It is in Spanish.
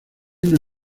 una